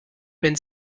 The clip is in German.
wenn